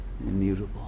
immutable